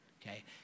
okay